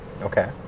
Okay